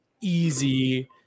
easy